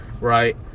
right